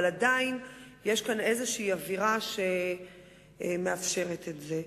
אבל עדיין יש כאן איזו אווירה שמאפשרת את זה.